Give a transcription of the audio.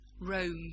Rome